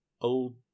old